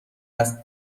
است